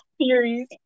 series